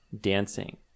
dancing